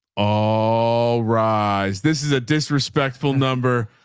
all rise. this is a disrespectful number.